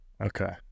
Okay